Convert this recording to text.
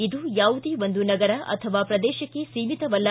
ಇದು ಯಾವುದೇ ಒಂದು ನಗರ ಅಥವಾ ಪ್ರದೇಶಕ್ಕೆ ಸೀಮಿತವಲ್ಲ